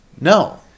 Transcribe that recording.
no